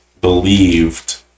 believed